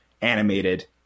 animated